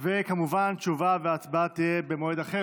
כמובן, תשובה והצבעה יהיו במועד אחר.